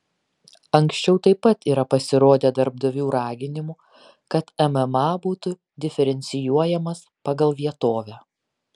anksčiau taip pat yra pasirodę darbdavių raginimų kad mma būtų diferencijuojamas pagal vietovę